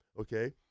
okay